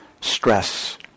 stress